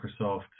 Microsoft